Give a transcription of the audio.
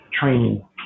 training